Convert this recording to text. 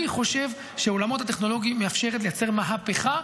אני חושב שעולמות הטכנולוגיה מאפשרים לייצר מהפכה.